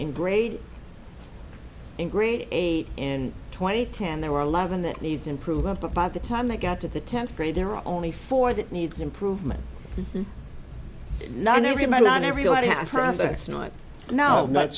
in grade and grade eight and twenty ten there were eleven that needs improvement but by the time they got to the tenth grade there are only four that needs improvement in na no